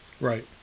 Right